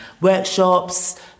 workshops